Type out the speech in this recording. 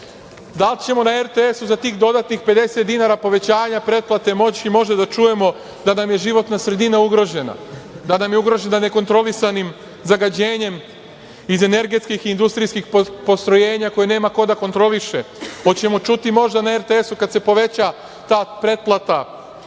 li ćemo na RTS-u za tih dodatnih 50 dinara povećanja pretplate moći možda da čujemo da nam je životna sredina ugrožena, da nam je ugrožena nekontrolisanim zagađenjem iz energetskih i industrijskih postrojenja koje nema ko da kontroliše? Da li ćemo čuti možda na RTS-u kada se poveća ta pretplata